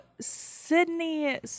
Sydney